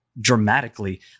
dramatically